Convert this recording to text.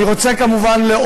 אני רוצה להודות,